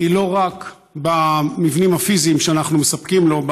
היא לא רק במבנים הפיזיים שאנחנו מספקים לו,